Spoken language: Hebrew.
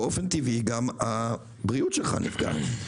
באופן טבעי גם הבריאות שלך נפגעת,